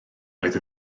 oedd